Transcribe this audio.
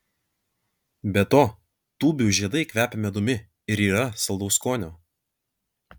be to tūbių žiedai kvepia medumi ir yra saldaus skonio